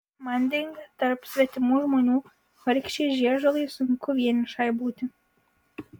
manding tarp svetimų žmonių vargšei žiežulai sunku vienišai būti